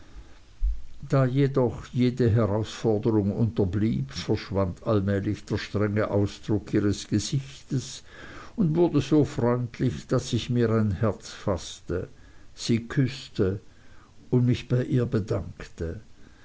da jedoch jede herausforderung unterblieb verschwand allmählich der strenge ausdruck ihres gesichtes und wurde so freundlich daß ich mir ein herz faßte sie küßte und mich bei ihr bedankte